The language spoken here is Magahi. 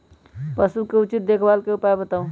पशु के उचित देखभाल के उपाय बताऊ?